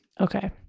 Okay